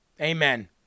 Amen